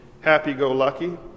happy-go-lucky